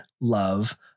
love